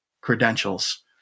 credentials